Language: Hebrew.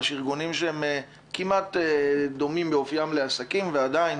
יש ארגונים שדומים באופיים לעסקים, ועדיין